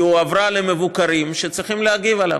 היא הועברה למבוקרים והם צריכים להגיב עליה.